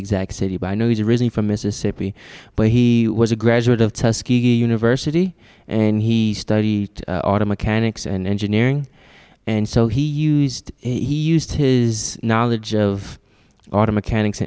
exact city but i know he's really from mississippi but he was a graduate of university and he studied auto mechanics and engineering and so he used he used his knowledge of auto mechanics